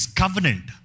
covenant